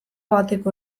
bateko